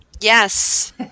Yes